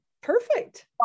perfect